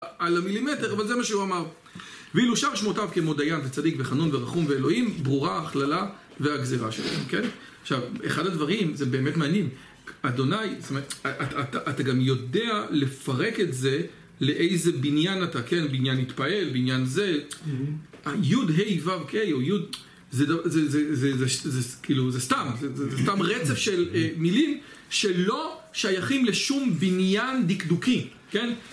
על המילימטר, אבל זה מה שהוא אמר ואילו שם שמותיו כמו דיין וצדיק וחנון ורחום ואלוהים, ברורה, הכללה והגזירה שלהם, כן? עכשיו, אחד הדברים, זה באמת מעניין אדוני, זאת אומרת, אתה גם יודע לפרק את זה לאיזה בניין אתה, כן? בניין התפעל, בניין זה י' ה' ו' ק' או י' זה, זה, זה, זה, זה כאילו, זה סתם, זה סתם רצף של מילים שלא שייכים לשום בניין דקדוקי כן?